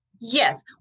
Yes